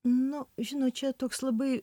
nu žinot čia toks labai